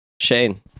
Shane